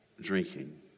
drinking